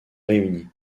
réunie